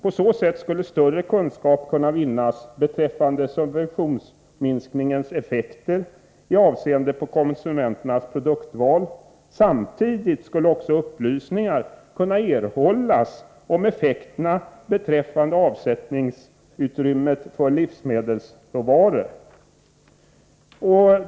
På så sätt skulle större kunskap kunna vinnas beträffande subventionsminskningens effekter med avseende på konsumenternas produktval. Samtidigt skulle också upplysningar kunna erhållas om effekterna beträffande avsättningsutrymmet för livsmedelsråvaror.